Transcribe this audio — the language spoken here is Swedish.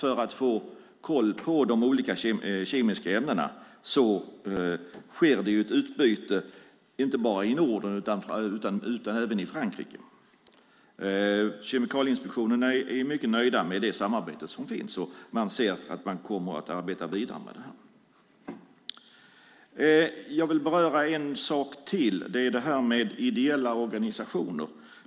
För att få koll på de olika kemiska ämnena sker det ett utbyte inte bara i Norden utan även i Frankrike. Kemikalieinspektionen är mycket nöjd med det samarbete som finns och ser att man kommer att arbeta vidare med det här. Jag vill beröra en sak till, och det gäller ideella organisationer.